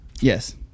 Yes